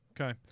Okay